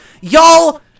Y'all